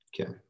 okay